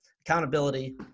accountability